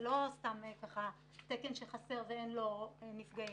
זה לא סתם תקן שחסר ואין לו נפגעים.